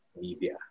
media